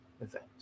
event